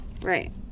Right